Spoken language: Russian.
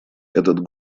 этот